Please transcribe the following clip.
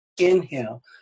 Inhale